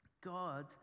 God